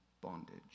bondage